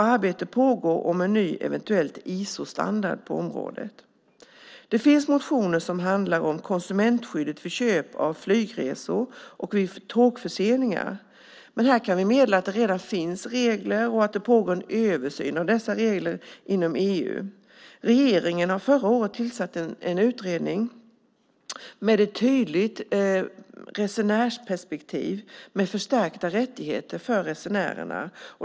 Arbete pågår om en eventuellt ny Isostandard på området. Det finns motioner som handlar om konsumentskyddet vid köp av flygresor och vid tågförseningar. Men här kan vi meddela att det redan finns regler och att det pågår en översyn av dessa regler inom EU. Regeringen har förra året tillsatt en utredning med ett tydligt resenärsperspektiv med förstärkta rättigheter för resenärerna.